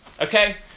Okay